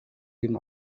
him